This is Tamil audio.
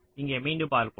இங்கே மீண்டும் பார்ப்போம்